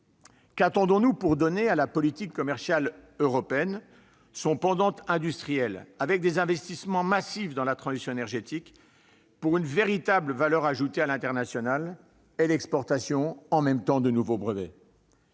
Qu'attendons-nous pour donner à la politique commerciale européenne son pendant industriel, avec des investissements massifs dans la transition énergétique, pour une véritable valeur ajoutée à l'international et l'exportation de nouveaux brevets ?